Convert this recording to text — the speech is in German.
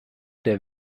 der